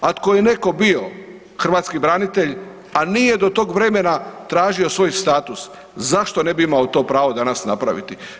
Ako je netko bio hrvatski branitelj, a nije do tog vremena tražio svoj status zašto ne bi imao to pravo danas napraviti.